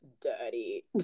dirty